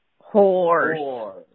Horse